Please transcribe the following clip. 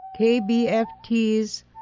KBFT's